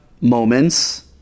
moments